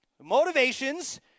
Motivations